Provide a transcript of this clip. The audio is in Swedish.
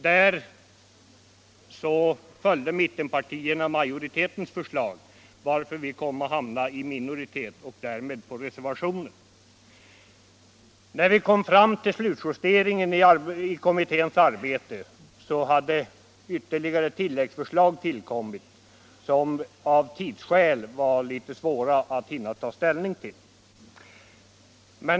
Där följde mittenpartierna majoritetens förslag, varför vi kom att hamna i minoritet och därmed på reservationen. När vi kom fram till slutjusteringen i kommitténs arbete hade ytterligare tilläggsförslag kommit, vilka det av tidsskäl var svårt att hinna ta ställning till.